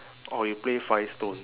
oh you play five stone